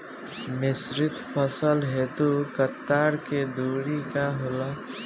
मिश्रित फसल हेतु कतार के दूरी का होला?